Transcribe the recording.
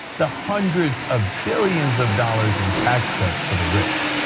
the hundreds of billions of dollars in tax cuts for the rich.